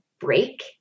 break